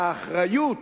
האחריות